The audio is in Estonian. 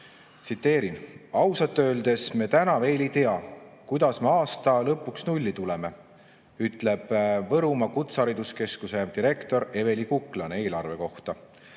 Tsiteerin: ""Ausalt öeldes me täna veel ei tea, kuidas me aasta lõpuks nulli tuleme," ütles Võrumaa kutsehariduskeskuse direktor Eveli Kuklane eelarve kohta.